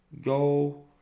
Go